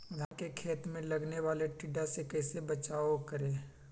धान के खेत मे लगने वाले टिड्डा से कैसे बचाओ करें?